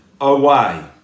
away